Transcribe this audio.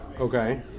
Okay